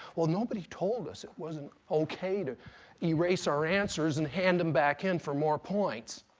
well, nobody told us it wasn't ok to erase our answers and hand them back in for more points.